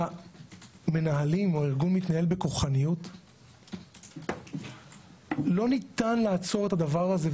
כשהארגון מתנהל בכוחנות לא ניתן לעצור את הדבר הזה,